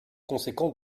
conséquent